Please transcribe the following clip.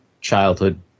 childhood